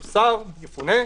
יפונה,